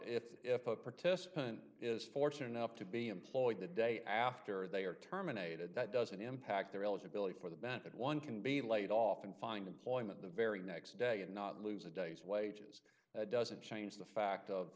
if if a participant is fortunate enough to be employed the day after they are terminated that doesn't impact their eligibility for the bat one can be laid off and find employment the very next day and not lose a day's wages doesn't change the fact of